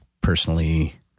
personally